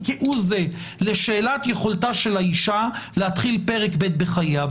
כהוא זה לשאלת יכולתה של האישה להתחיל פרק ב' בחייה.